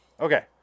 okay